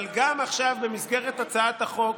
אבל גם עכשיו, במסגרת הצעת החוק,